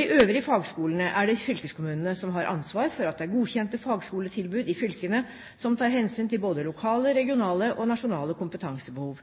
de øvrige fagskolene, er det fylkeskommunene som har ansvar for at det er godkjente fagskoletilbud i fylkene som tar hensyn til både lokale, regionale og nasjonale kompetansebehov.